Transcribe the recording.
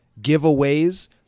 giveaways